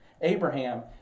Abraham